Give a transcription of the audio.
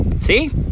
See